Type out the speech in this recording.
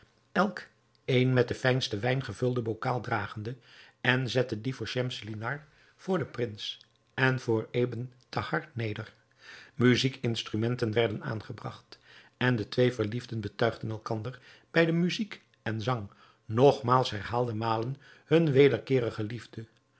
elk een met den fijnsten wijn gevulden bokaal dragende en zetten die voor schemselnihar voor den prins en voor ebn thahar neder muzijkinstrumenten werden aangebragt en de twee verliefden betuigden elkander bij muzijk en zang nogmaals herhaalde malen hunne wederkeerige liefde